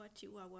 Chihuahua